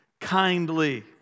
kindly